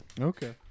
Okay